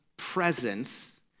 presence